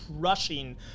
crushing